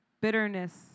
Bitterness